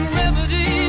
remedy